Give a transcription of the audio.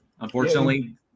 Unfortunately